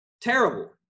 terrible